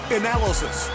analysis